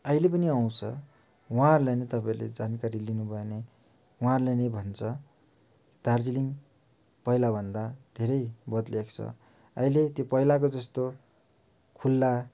अहिले पनि आउँछ उहाँहरूलाई नै तपाईँहरूले जानकारी लिनुभयो भने उहाँहरूले नै भन्छ दार्जिलिङ पहिलाभन्दा धेरै बदलिएको छ अहिले त्यो पहिलाको जस्तो खुल्ला